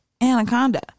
Anaconda